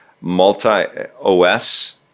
multi-OS